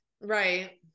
Right